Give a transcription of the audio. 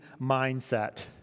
mindset